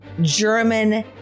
German